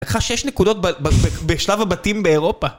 לך שיש נקודות בשלב הבתים באירופה